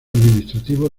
administrativo